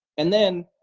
and then,